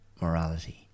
morality